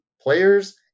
Players